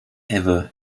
ever